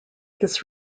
this